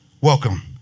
welcome